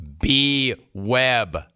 B-Webb